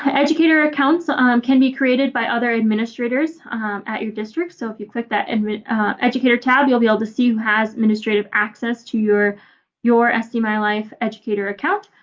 ah educator accounts ah um can be created by other administrators at your district. so if you click that and educator tab you'll be able to see who has administrative access to your your sdmylife educator account.